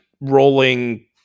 rolling